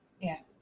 Yes